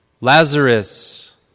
Lazarus